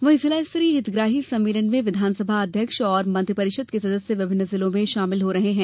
वहीं जिला स्तरीय हितग्राही सम्मेलन में विघानसभा अध्यक्ष और मंत्रि परिषद के सदस्य विभिन्न जिलों में शामिल हो रहे है